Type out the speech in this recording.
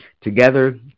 together